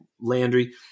Landry